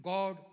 God